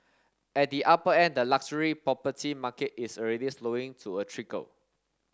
at the upper end the luxury property market is already slowing to a trickle